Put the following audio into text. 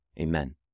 Amen